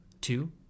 Two